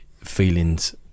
feelings